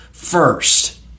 first